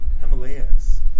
Himalayas